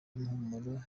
impumuro